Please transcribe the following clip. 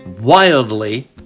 wildly